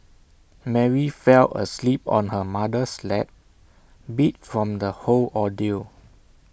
Mary fell asleep on her mother's lap beat from the whole ordeal